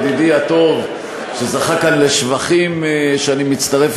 ידידי הטוב שזכה כאן לשבחים שאני מצטרף